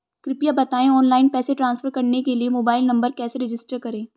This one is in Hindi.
कृपया बताएं ऑनलाइन पैसे ट्रांसफर करने के लिए मोबाइल नंबर कैसे रजिस्टर करें?